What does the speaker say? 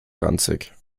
ranzig